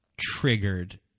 triggered